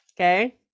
Okay